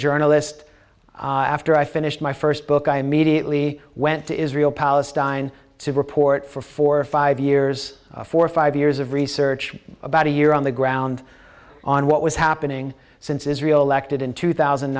journalist after i finished my first book i immediately went to israel palestine to report for four or five years for five years of research about a year on the ground on what was happening since israel elected in two thousand